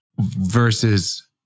versus